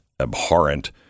abhorrent